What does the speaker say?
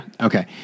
Okay